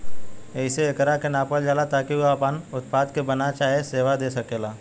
एहिसे एकरा के नापल जाला ताकि उ आपना उत्पाद के बना चाहे सेवा दे सकेला